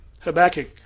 Habakkuk